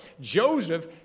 Joseph